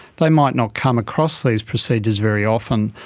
they might not come across these procedures very often,